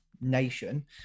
nation